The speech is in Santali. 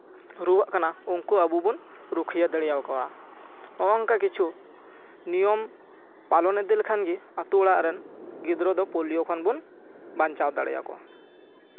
ᱨᱩᱣᱟᱹᱜ ᱠᱟᱱᱟ ᱩᱱᱠᱩ ᱟᱵᱚ ᱵᱚᱱ ᱨᱩᱠᱷᱭᱟᱹ ᱫᱟᱲᱮᱭᱟᱠᱚᱣᱟ ᱱᱚᱝᱠᱟ ᱠᱤᱪᱷᱩ ᱱᱤᱭᱚᱢ ᱯᱟᱞᱚᱱ ᱤᱫᱤ ᱞᱮᱠᱷᱟᱱ ᱜᱮ ᱟᱛᱳ ᱚᱲᱟᱜ ᱨᱮᱱ ᱜᱤᱫᱽᱨᱟᱹ ᱫᱚ ᱯᱳᱞᱤᱭᱳ ᱠᱷᱚᱱ ᱵᱚᱱ ᱵᱟᱧᱪᱟᱣ ᱫᱟᱲᱮᱭᱟᱠᱚᱣᱟ